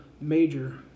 major